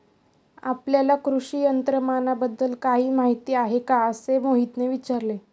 आपल्याला कृषी यंत्रमानवाबद्दल काही माहिती आहे का असे मोहितने विचारले?